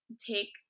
take